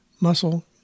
muscle